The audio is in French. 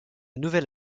nouvel